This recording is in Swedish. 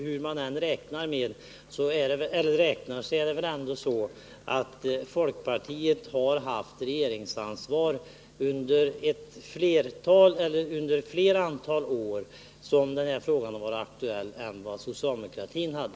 Hur man än räknar har ju folkpartiet haft regeringsansvaret under ett större antal år under den tid då den här frågan varit aktuell än socialdemokratin hade.